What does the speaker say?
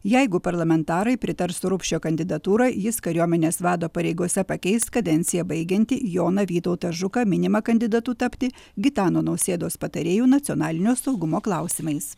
jeigu parlamentarai pritars rupšio kandidatūrą jis kariuomenės vado pareigose pakeis kadenciją baigiantį joną vytautą žuką minimą kandidatu tapti gitano nausėdos patarėju nacionalinio saugumo klausimais